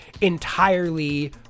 entirely